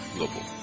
Global